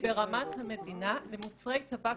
ברמת המדינה, למוצרי טבק